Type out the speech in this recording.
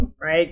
right